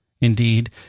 Indeed